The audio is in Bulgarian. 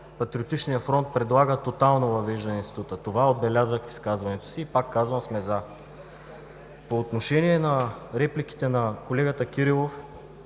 Патриотичният фронт предлага тотално въвеждане на института. Това отбелязах в изказването си и пак казвам, ние сме „за“. По отношение на репликите на колегата Кирилов.